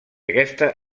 aquesta